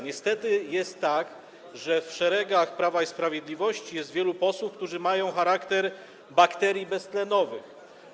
Niestety jest tak, że w szeregach Prawa i Sprawiedliwości jest wielu posłów, którzy mają charakter bakterii beztlenowych.